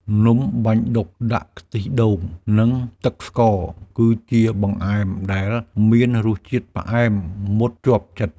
នំបាញ់ឌុកដាក់ខ្ទិះដូង និងទឹកស្ករ គឺជាបង្អែមដែលមានរសជាតិផ្អែមមុតជាប់ចិត្ត។